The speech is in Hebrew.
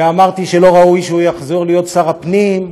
ואמרתי שלא ראוי שהוא יחזור להיות שר הפנים.